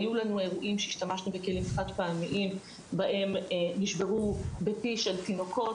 היו לנו אירועים שהשתמשנו בכלים חד פעמיים שנשברו בפי של תינוקות,